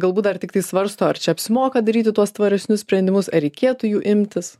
galbūt dar tiktai svarsto ar čia apsimoka daryti tuos tvaresnius sprendimus ar reikėtų jų imtis